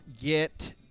get